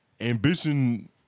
Ambition